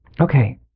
Okay